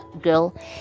girl